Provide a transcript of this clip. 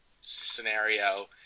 scenario